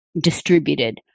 distributed